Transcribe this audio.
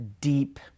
deep